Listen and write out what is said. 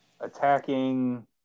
attacking